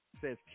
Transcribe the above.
says